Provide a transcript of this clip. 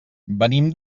venim